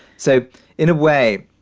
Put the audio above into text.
so in a way,